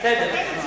תבטל,